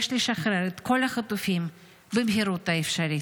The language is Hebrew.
יש לשחרר את כל החטופים במהירות האפשרית.